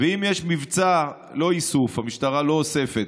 ואם יש מבצע, לא איסוף, המשטרה לא אוספת,